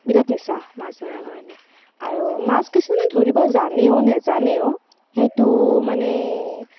বিৰাট নিচা মাছ ধৰাৰ কাৰণে আৰু মাছ কিছুৱে ধৰিব জানেও নেজানেও সেইটো মানে